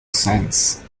sense